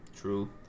True